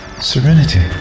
Serenity